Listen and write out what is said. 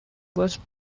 was